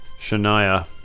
Shania